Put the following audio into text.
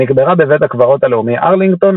היא נקברה בבית הקברות הלאומי ארלינגטון